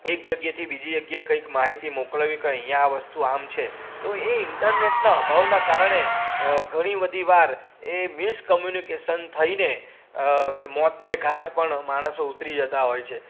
એક જગ્યાથી બીજી જગ્યા કંઈક માહિતી મોકલાવી કે અહીંયાં આ વસ્તુ આમ છે તો એ ઈન્ટરનેટના અભાવના કારણે ઘણીબધી વાર એ મિસ કમ્યુનિકેશન થઈને મોતને ઘાટ પણ માણસો ઉતરી જતા હોય છે